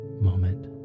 moment